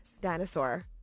dinosaur